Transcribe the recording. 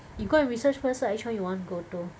you go and research first lah which want you want go to